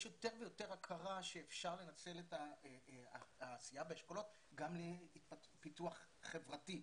יש יותר ויותר הכרה שאפשר לנצל את העשייה באשכולות גם לפיתוח חברתי.